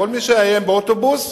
כל מי שיאיים באוטובוס,